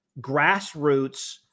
grassroots